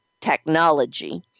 Technology